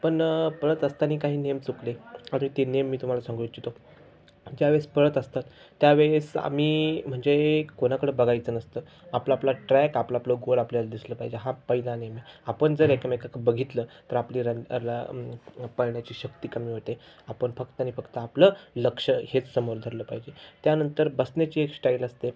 पण पळत असताना काही नियम चुकले आणि ते नियम मी तुम्हाला सांगू इच्छितो ज्यावेळेस पळत असतात त्यावेळेस आम्ही म्हणजे कोणाकडं बघायचं नसतं आपला आपला ट्रॅक आपलं आपलं गोल आपल्याला दिसलं पाहिजे हा पहिला नियम आहे आपण जर एकमेकांकडं बघितलं तर आपली र र पळण्याची शक्ती कमी होते आपण फक्त आणि फक्त आपलं लक्ष हेच समोर धरलं पाहिजे त्यानंतर बसण्याची एक श्टाईल असते